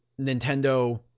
Nintendo